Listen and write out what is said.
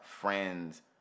friends